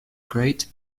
great